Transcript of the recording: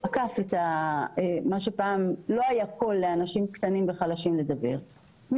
את מה שפעם לא היה בו קול לאנשים קטנים וחלשים לדבר,